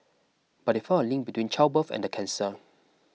but they found a link between childbirth and the cancer